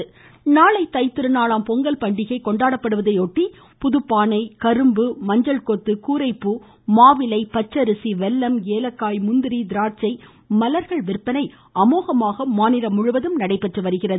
பொங்கல் நாளை தைத்திருநாளாம் பண்டிகை நாளை கொண்டாடப்படுவதையொட்டி புதுப்பானை கரும்பு மஞ்சள் கொத்து கூரைப்பூ மாவிலை பச்சரிசி வெல்லம் ஏலக்காய் முந்திரி திராட்சை மலர்கள் விற்பனை அமோகமாக நடைபெற்று வருகிறது